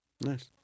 Nice